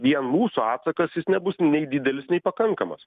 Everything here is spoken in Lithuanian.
vien mūsų atsakas jis nebus nei didelis nei pakankamas